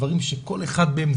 דברים שכל אחד מהם,